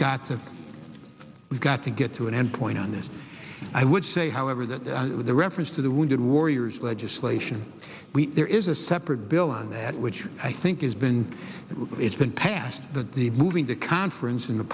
to we've got to get to an end point on this i would say however that the reference to the wounded warriors legislation there is a separate bill on that which i think is been it's been passed the moving the conference in the